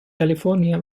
california